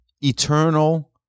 eternal